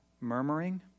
murmuring